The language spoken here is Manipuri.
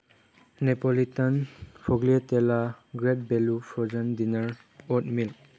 ꯅꯦꯄꯣꯂꯤꯇꯟ ꯐꯣꯛꯂꯦꯇꯦꯜꯂꯥ ꯒ꯭ꯔꯦꯠ ꯕꯦꯂꯨ ꯐ꯭ꯔꯣꯖꯟ ꯗꯤꯅꯔ ꯑꯣꯠ ꯃꯤꯜ